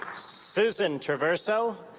susan traverso,